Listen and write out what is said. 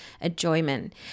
enjoyment